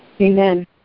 Amen